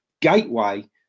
gateway